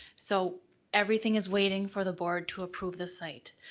so everything is waiting for the board to approve the site.